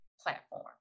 platform